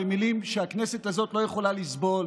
במילים שהכנסת הזאת לא יכולה לסבול,